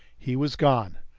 he was gone.